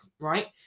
right